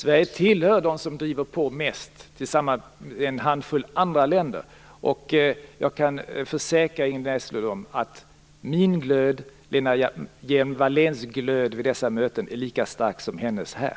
Fru talman! Det är Sverige som tillsammans med en handfull andra länder driver på mest. Jag kan försäkra Ingrid Näslund att min glöd och Lena Hjelm Walléns glöd vid dessa möten är lika stark som hennes här.